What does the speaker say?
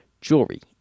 jewelry